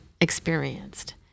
experienced